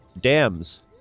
dams